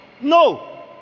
No